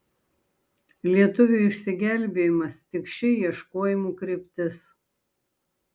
lietuvių išsigelbėjimas tik ši ieškojimų kryptis